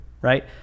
right